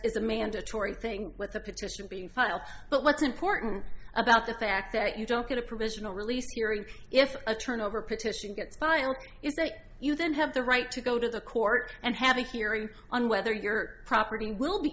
is a mandatory thing with the petition being filed but what's important about the fact that you don't get a provisional release period if a turnover petition gets by or is that you then have the right to go to the court and have a hearing on whether your property will be